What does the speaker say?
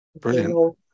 brilliant